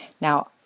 Now